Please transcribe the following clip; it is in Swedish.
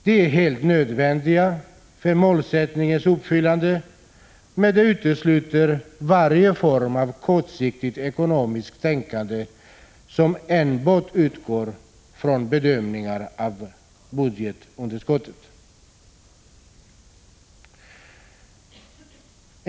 De är helt nödvändiga för målsättningens uppfyllande, men de utesluter varje form av kortsiktigt ekonomiskt tänkande som enbart utgår från bedömningar av budgetunderskottet.